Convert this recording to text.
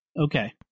Okay